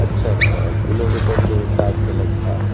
अच्छा अच्छा किलोमीटर के हिसाब से लगता है